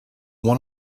one